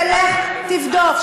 תלך תבדוק.